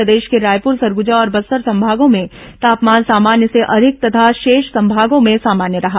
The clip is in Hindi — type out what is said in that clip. प्रदेश के रायपुर सरगुजा और बस्तर संभागों में तापमान सामान्य से अधिक तथा शेष संभागों में सामान्य रहा